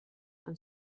and